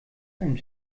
ein